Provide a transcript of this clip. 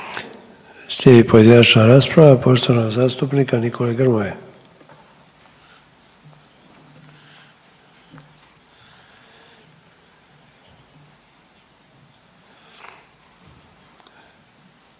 Slijedi pojedinačna rasprava poštovanog zastupnika Nikole Grmoje.